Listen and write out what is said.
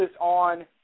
on